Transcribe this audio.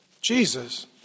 Jesus